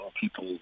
people